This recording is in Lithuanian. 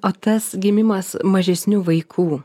o tas gimimas mažesnių vaikų